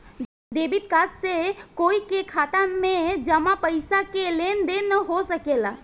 debit card से कोई के खाता में जामा पइसा के लेन देन हो सकेला